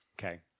Okay